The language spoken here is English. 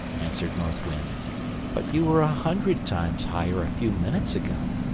answered north wind but you were a hundred times higher a few minutes ago.